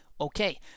Okay